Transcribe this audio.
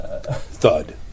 Thud